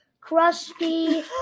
crusty